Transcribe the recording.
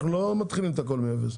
אנחנו לא מתחילים את הכל מאפס.